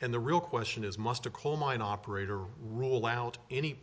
and the real question is must a coal mine operator roll out any